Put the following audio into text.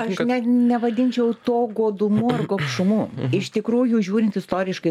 aš net nevadinčiau to godumu ar gobšumu iš tikrųjų žiūrint istoriškai